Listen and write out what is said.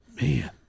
man